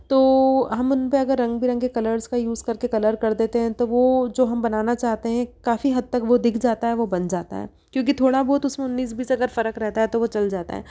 तो हम उन पर अगर रंग बिरंगे कलर्स का यूज करके कलर कर देते हैं तो वो जो हम बनाना चाहते हैं काफी हद तक वो दिख जाता है वो बन जाता है क्योंकि थोड़ा बहुत उसमें उन्नीस बीस अगर फर्क रहता है तो वो चल जाता है